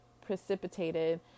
precipitated